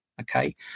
Okay